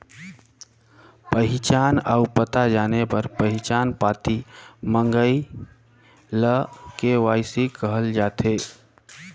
पहिचान अउ पता जाने बर पहिचान पाती मंगई ल के.वाई.सी कहल जाथे